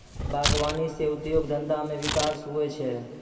बागवानी से उद्योग धंधा मे बिकास हुवै छै